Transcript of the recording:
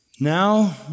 Now